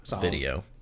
video